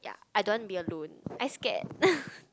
ya I don't want to be alone I scared